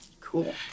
Cool